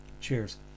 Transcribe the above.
Cheers